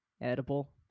edible